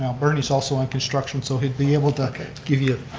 um bernie is also in construction so he'd be able to get give you